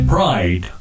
Pride